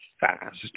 fast